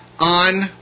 on